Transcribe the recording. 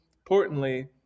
importantly